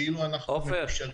כאילו אנחנו --- עופר,